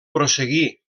prosseguir